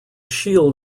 shield